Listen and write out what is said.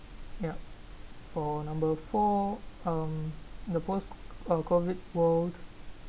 ya for number four um the post uh COVID world